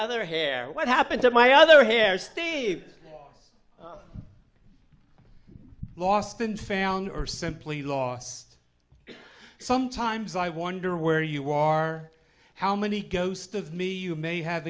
other hair what happened to my other here steve lost and found or simply lost sometimes i wonder where you are how many ghost of me you may have